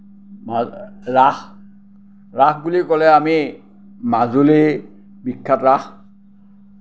ৰাস ৰাস বুলি ক'লে আমি মাজুলীৰ বিখ্য়াত ৰাস